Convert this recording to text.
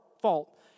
fault